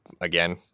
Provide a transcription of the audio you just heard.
again